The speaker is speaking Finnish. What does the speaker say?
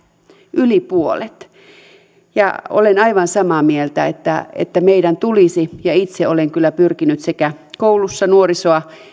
yli puolet olen aivan samaa mieltä että että meidän tulisi ja itse olen kyllä pyrkinyt sekä koulussa nuorisoa